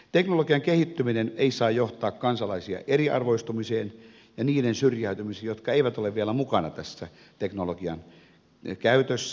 teknologian kehittyminen ei saa johtaa kansalaisten eriarvoistumiseen ja niiden syrjäytymiseen jotka eivät ole vielä mukana tässä teknologian käytössä